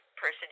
person